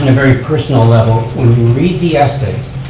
and very personal level, when we read the essays